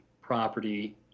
property